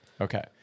Okay